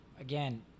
again